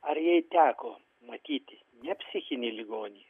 ar jai teko matyti ne psichinį ligonį